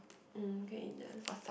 mm we can eat there